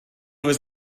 was